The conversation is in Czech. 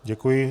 Děkuji.